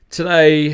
Today